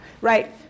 Right